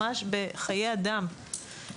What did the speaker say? ממש בחיי אדם.